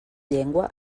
llengua